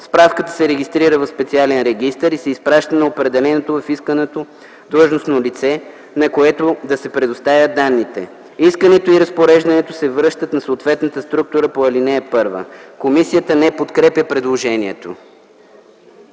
Справката се регистрира в специален регистър и се изпраща на определеното в искането длъжностно лице, на което да се предоставят данните. Искането и разпореждането се връщат на съответната структура по ал. 1.” Комисията не подкрепя предложението.